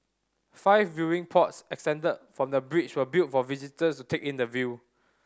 five viewing pods extended from the bridge were built for visitors to take in the view